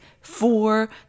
four